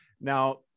Now